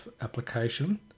application